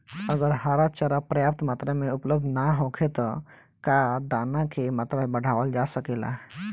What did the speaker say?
अगर हरा चारा पर्याप्त मात्रा में उपलब्ध ना होखे त का दाना क मात्रा बढ़ावल जा सकेला?